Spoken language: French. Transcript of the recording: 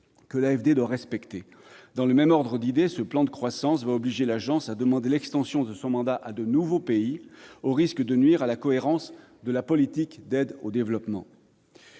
que l'AFD doit respecter ? Dans le même ordre d'idées, ce plan de croissance va obliger l'Agence à demander l'extension de son mandat à de nouveaux pays, au risque de nuire à la cohérence de la politique d'aide au développement.